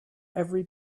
every